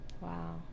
Wow